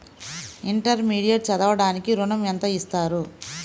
Intermediate చదవడానికి ఋణం ఎంత ఇస్తారు?